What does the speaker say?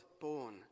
born